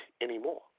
anymore